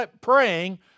praying